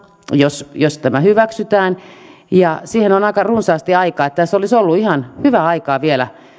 jos jos tämä hyväksytään siihen on aika runsaasti aikaa niin että tässä olisi ollut ihan hyvää aikaa vielä